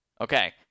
okay